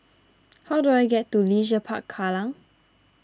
how do I get to Leisure Park Kallang